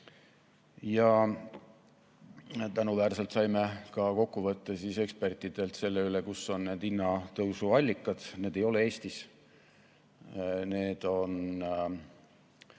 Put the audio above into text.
Tänuväärselt saime ka kokkuvõtte ekspertidelt selle kohta, kus on need hinnatõusu allikad. Need ei ole Eestis. Need on